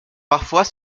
parfois